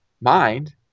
mind